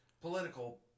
political